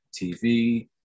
tv